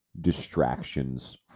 distractions